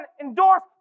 endorse